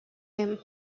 him